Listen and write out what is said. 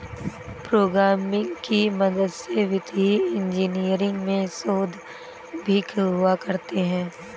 programming की मदद से वित्तीय इन्जीनियरिंग में शोध भी हुआ करते हैं